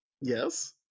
Yes